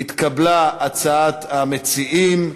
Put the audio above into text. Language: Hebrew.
התקבלה הצעת המציעים.